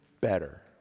better